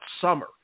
summer